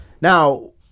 now